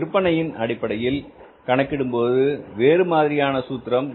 விற்பனையின் அடிப்படையில் கணக்கிடும்போது வேறு மாதிரியான சூத்திரம்